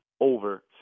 over